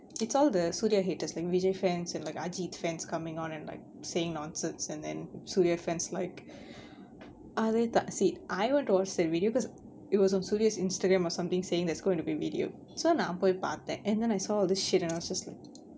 it's all the suria haters like vijay fans and like fans coming on and like saying nonsense and then suria fans like அதேதா:athaetha I the video cause it was on suria's instagram or something saying there's going to be a video so நா போய் பாத்தேன்:naa poi pathaen and then I saw this shit and I was just like